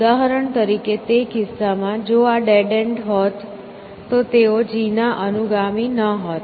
ઉદાહરણ તરીકે તે કિસ્સામાં જો આ ડેડ એન્ડ હોત તો તેઓ G ના અનુગામી ન હોત